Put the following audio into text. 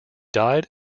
died